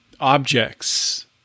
objects